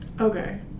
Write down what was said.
Okay